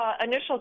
initial